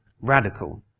radical